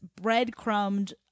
breadcrumbed